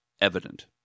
evident